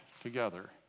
together